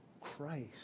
Christ